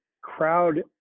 crowd